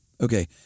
Okay